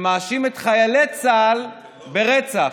שמאשים את חיילי צה"ל ברצח.